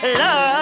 love